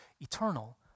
eternal